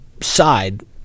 side